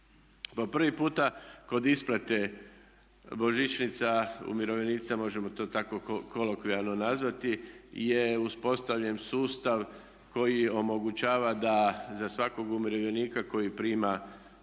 prvi puta kod isplate božićnica umirovljenicima, možemo to tako kolokvijalno nazvati je uspostavljen sustav koji omogućava da za svakog umirovljenika koji prima